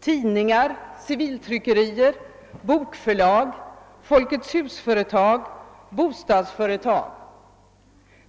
tidningar, civiltryckerier, bokförlag, Folkets hus-företag och bostadsföretag.